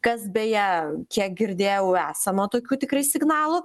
kas beje kiek girdėjau esama tokių tikrai signalų